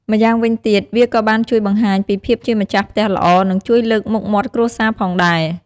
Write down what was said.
ម្យ៉ាងវិញទៀតវាក៏បានជួយបង្ហាញពីភាពជាម្ចាស់ផ្ទះល្អ និងជួយលើកមុខមាត់គ្រួសារផងដែរ។